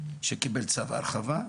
שקיבל צו הרחבה,